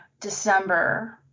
December